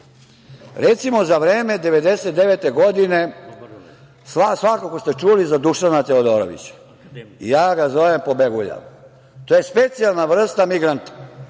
Recimo, za vreme 1999. godine svakako ste čuli za Dušana Teodorovića. Ja ga zovem pobegulja. To je specijalna vrsta migranta,